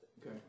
Okay